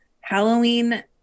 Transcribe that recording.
Halloween